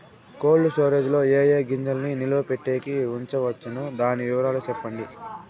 Cold storage లో ఏ ఏ గింజల్ని నిలువ పెట్టేకి ఉంచవచ్చును? దాని వివరాలు సెప్పండి?